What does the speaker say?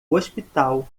hospital